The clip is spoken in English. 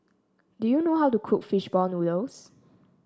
do you know how to cook fish ball noodles